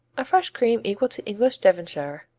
a fresh cream equal to english devonshire,